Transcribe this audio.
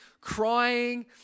crying